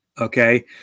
okay